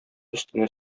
өстенә